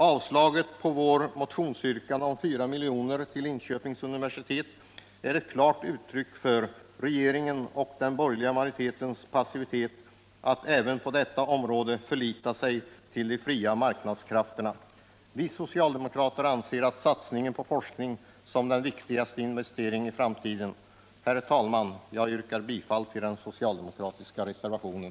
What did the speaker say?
Avstyrkandet av vårt motionsyrkande om 4 milj.kr. till Linköpings universitet är ett klart uttryck för regeringens och den borgerliga majoritetens passivitet — även på detta område förlitar de sig till de fria marknadskrafterna. Vi socialdemokrater ser satsningen på forskning som den viktigaste investeringen i framtiden. Herr talman! Jag yrkar bifall till den socialdemokratiska reservationen.